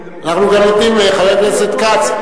חבר הכנסת כץ,